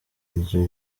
iryo